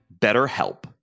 BetterHelp